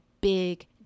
big